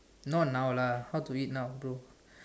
not now lah how to eat now bro